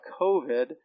COVID